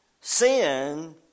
Sin